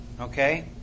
Okay